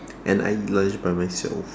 and I eat lunch by myself